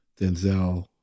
Denzel